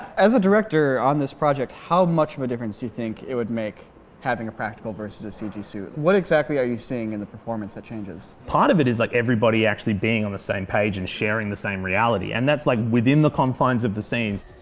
as a director on this project, how much of a difference do you think it would make having a practical versus a cg suit? what exactly are you seeing in the performance that changes pot of it is like everybody actually being on the same page and sharing the same reality and that's like within the confines of the scenes